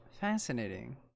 fascinating